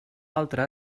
altre